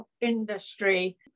industry